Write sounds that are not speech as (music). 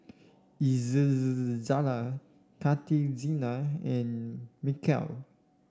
(unintelligible) Khatijah and Mikhail